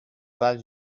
pas